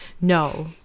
No